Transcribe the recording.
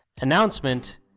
announcement